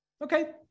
Okay